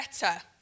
better